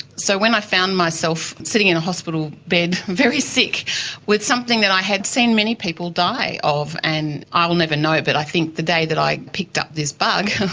so when i found myself sitting in a hospital bed very sick with something that i had seen many people die of, and i'll never know but i think the day that i picked up this bug,